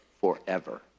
forever